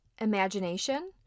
imagination